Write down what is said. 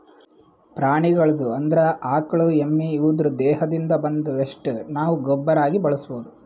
ಪ್ರಾಣಿಗಳ್ದು ಅಂದ್ರ ಆಕಳ್ ಎಮ್ಮಿ ಇವುದ್ರ್ ದೇಹದಿಂದ್ ಬಂದಿದ್ದ್ ವೆಸ್ಟ್ ನಾವ್ ಗೊಬ್ಬರಾಗಿ ಬಳಸ್ಬಹುದ್